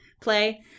play